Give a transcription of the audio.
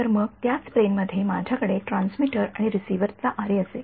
तर मग त्याच प्लेन मध्ये माझ्याकडे ट्रान्समीटर आणि रिसीव्हर चा आरे असेल